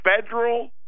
federal